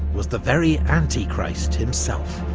was the very antichrist himself.